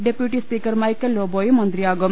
deputy speaker Michael ലോബോയും മന്ത്രിയാകും